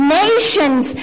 nations